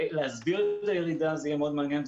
להסביר את הירידה יהיה מאוד מעניין.